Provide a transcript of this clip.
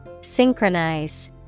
synchronize